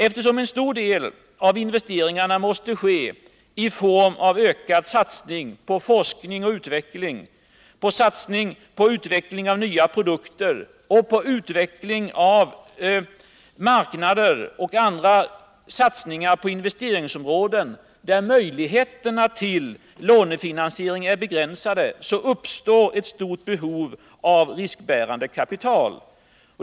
Eftersom en stor del av investeringarna måste ske i form av ökad satsning på forskning och utveckling, utveckling av nya produkter och nya marknader, och andra satsningar på investeringsområden där möjligheterna till lånefinansiering är begränsade, uppstår ett stort behov av riskbärande kapital.